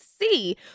see